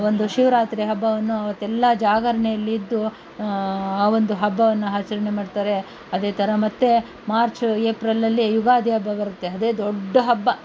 ಒಂದು ಶಿವರಾತ್ರಿ ಹಬ್ಬವನ್ನು ಅವತ್ತೆಲ್ಲ ಜಾಗರಣೆಯಲ್ಲಿದ್ದು ಆ ಒಂದು ಹಬ್ಬವನ್ನು ಆಚರ್ಣೆ ಮಾಡ್ತಾರೆ ಅದೇ ಥರ ಮತ್ತೆ ಮಾರ್ಚ ಏಪ್ರಿಲಲ್ಲಿ ಯುಗಾದಿ ಹಬ್ಬ ಬರುತ್ತೆ ಅದೇ ದೊಡ್ಡ ಹಬ್ಬ